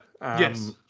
Yes